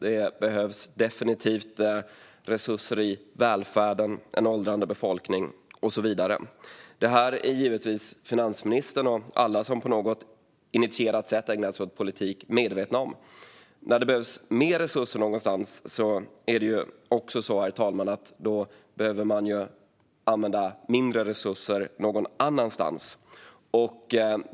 Det behövs definitivt resurser i välfärden, till den åldrande befolkningen och så vidare. Detta är givetvis finansministern och alla som på något initierat sätt ägnar sig åt politik medvetna om. När det behövs mer resurser någonstans måste man, herr talman, använda mindre resurser någon annanstans.